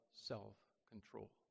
self-control